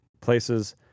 places